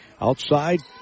Outside